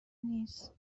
نیست